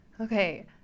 Okay